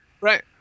Right